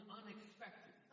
unexpected